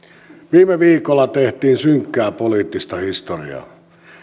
viime viikolla tehtiin synkkää poliittista historiaa